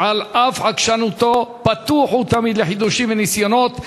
שעל אף עקשנותו פתוח הוא תמיד לחידושים וניסיונות.